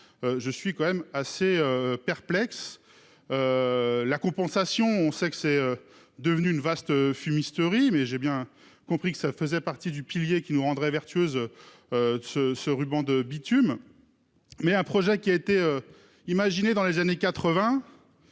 Je suis quand même assez perplexe. La compensation, on sait que c'est devenu une vaste fumisterie. Mais j'ai bien compris que ça faisait partie du pilier qui nous rendrait vertueuse. Ce ce ruban de bitume. Mais un projet qui a été imaginé dans les années 80.